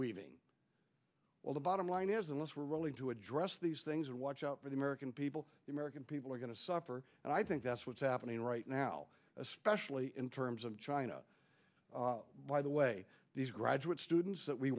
weaving well the bottom line is unless we're really to address these things and watch out for the american people the american people are going to suffer and i think that's what's happening right now especially in terms of china by the way these graduate students that we